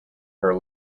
her